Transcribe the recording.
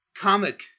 comic